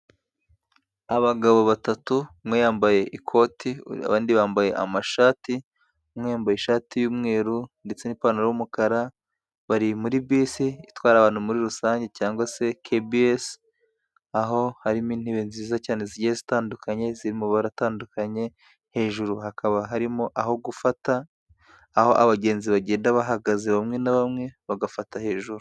Abagabo batatu umwe yambaye ikoti abandi bambaye amashati, umwe yambaye ishati y'umweru ndetse n'ipantaro y'umukara bari muri bisi itwara abantu muri rusange cyangwa se kibiyesi, aho harimo intebe nziza cyane zigiye zitandukanye ziri mu mabara atandukanye hejuru hakaba harimo aho gufata, aho abagenzi bagenda bahagaze bamwe na bamwe bagafata hejuru.